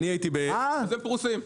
אז הם פרוסים.